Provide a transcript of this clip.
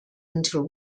until